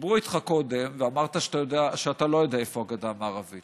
דיברו איתך קודם ואמרת שאתה לא יודע איפה הגדה המערבית.